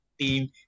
team